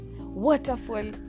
waterfall